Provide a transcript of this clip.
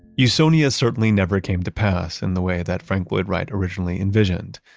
usonia certainly never came to pass in the way that frank lloyd wright originally envisioned,